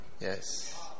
Yes